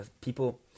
People